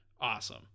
awesome